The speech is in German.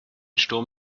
sturm